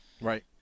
Right